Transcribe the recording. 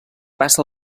passa